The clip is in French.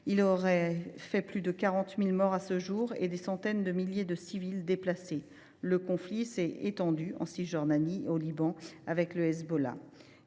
Elle aurait fait plus de 40 000 morts à ce jour et des centaines de milliers de civils ont été déplacés. Le conflit s’est étendu en Cisjordanie et au Liban, avec le Hezbollah.